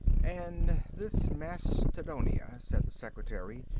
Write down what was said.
and this mastodonia, said the secretary,